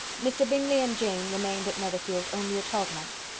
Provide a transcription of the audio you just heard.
mr. bingley and jane remained at netherfield only a twelvemonth.